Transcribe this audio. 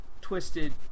twisted